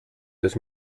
des